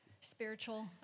spiritual